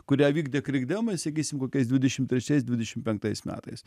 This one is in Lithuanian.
kurią vykdė krikdemai sakysim kokiais dvidešim trečiais dvidešim penktais metais